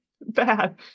bad